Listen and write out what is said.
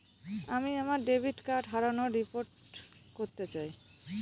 আমি আমার debit card হারানোর রিপোর্ট করতে চাই